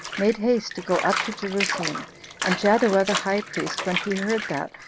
made haste to go up to jerusalem and jaddua the high priest, when he heard that,